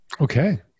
Okay